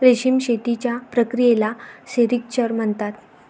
रेशीम शेतीच्या प्रक्रियेला सेरिक्चर म्हणतात